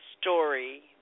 story